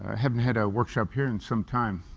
haven't had a workshop here in sometime.